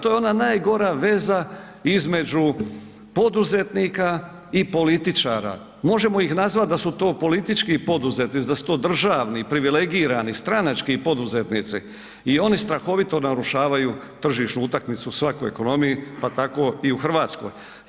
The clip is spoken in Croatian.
To je ona najgora veza između poduzetnika i političara, možemo ih nazvat da su to politički poduzetnici, da su to državni, privilegirani, stranački poduzetnici i oni strahovito narušavaju tržišnu utakmicu svakoj ekonomiji pa tako i u Hrvatskoj.